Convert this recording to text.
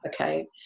Okay